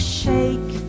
shake